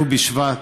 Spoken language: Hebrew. ט"ו בשבט,